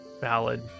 Valid